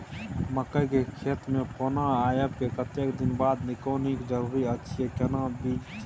मकई के खेत मे पौना आबय के कतेक दिन बाद निकौनी जरूरी अछि आ केना चीज से?